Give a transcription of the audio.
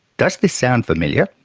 does this sound familiar?